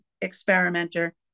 experimenter